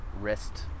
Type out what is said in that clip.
wrist